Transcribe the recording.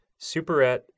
Superette